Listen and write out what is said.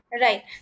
Right